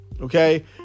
okay